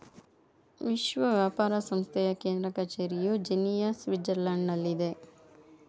ವಿಶ್ವ ವ್ಯಾಪಾರ ಸಂಸ್ಥೆಯ ಕೇಂದ್ರ ಕಚೇರಿಯು ಜಿನಿಯಾ, ಸ್ವಿಟ್ಜರ್ಲ್ಯಾಂಡ್ನಲ್ಲಿದೆ